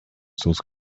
source